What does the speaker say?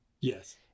Yes